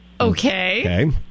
Okay